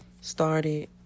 started